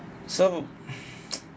so